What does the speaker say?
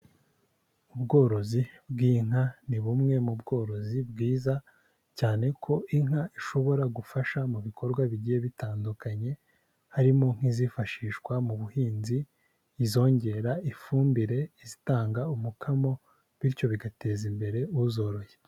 Ubworozi bw'inka ni bumwe mu bworozi bwiza, cyane ko inka ishobora gufasha mu bikorwa bigiye bitandukanye, harimo nk'izifashishwa mu buhinzi, izongera ifumbire, izitanga umukamo bityo bigateza imbere uzoroye.